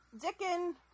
Dickon